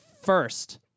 first